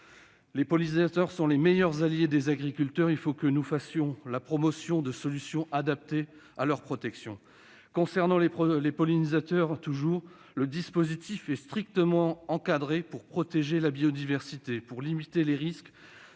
Les pollinisateurs sont les meilleurs alliés des agriculteurs : il faut que nous fassions la promotion de solutions adaptées à leur protection. Précisément, le dispositif est strictement encadré pour protéger la biodiversité parmi les